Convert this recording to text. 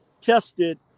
tested